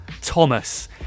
Thomas